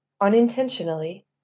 unintentionally